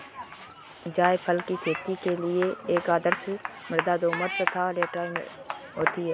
जायफल की खेती के लिए आदर्श मृदा दोमट तथा लैटेराइट होती है